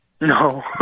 no